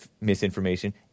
misinformation